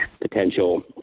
potential